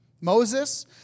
Moses